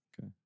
Okay